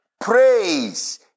Praise